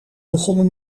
begonnen